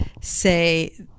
say